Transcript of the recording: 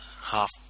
half